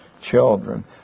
children